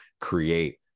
create